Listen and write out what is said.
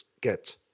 get